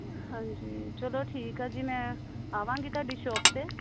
ਹਾਂਜੀ ਚਲੋ ਠੀਕ ਆ ਜੀ ਮੈਂ ਆਵਾਂਗੀ ਤੁਹਾਡੀ ਸ਼ੋਪ 'ਤੇ